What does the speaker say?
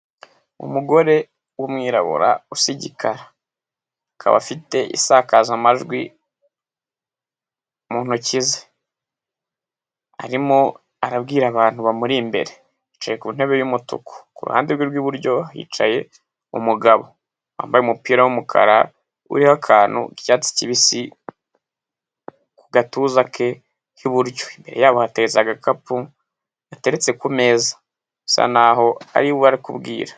Umugore w'umwirabura usa igikaraba, akaba afite isakazamajwi mu ntoki ze, arimo arabwira abantu bamuri imbere, yicaye ku ntebe y'umutuku, ku ruhande rwe rw'iburyo yicaye umugabo, wambaye umupira w'umukara uriho akantu k'icyatsi kibisi, ku gatuza ke k'iburyo, imbere yabo hateretse agakapu gateretse ku meza bisa naho ariwe kubwira.